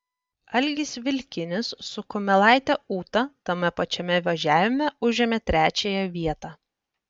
algis vilkinis su kumelaite ūta tame pačiame važiavime užėmė trečiąją vietą